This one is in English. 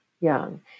young